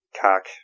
cock